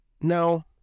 no